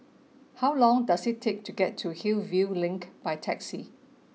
how long does it take to get to Hillview Link by taxi